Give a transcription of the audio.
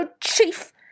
chief